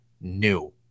new